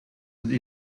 into